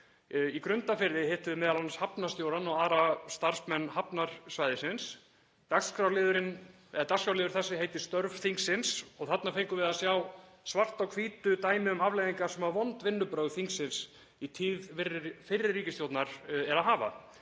Í Grundarfirði hittum við m.a. hafnarstjórann og aðra starfsmenn hafnarsvæðisins. Dagskrárliður þessi heitir störf þingsins og þarna fengum við að sjá svart á hvítu dæmi um afleiðingar sem vond vinnubrögð þingsins í tíð fyrri ríkisstjórnar eru að hafa.